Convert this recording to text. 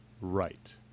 right